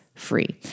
Free